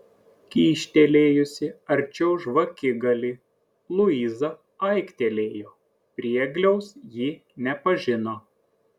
kyštelėjusi arčiau žvakigalį luiza aiktelėjo priegliaus ji nepažino